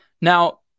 Now